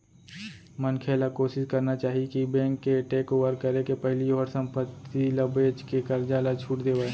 मनखे ल कोसिस करना चाही कि बेंक के टेकओवर करे के पहिली ओहर संपत्ति ल बेचके करजा ल छुट देवय